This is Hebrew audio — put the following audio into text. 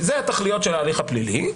אלו התכליות של ההליך הפלילי.